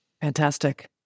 Fantastic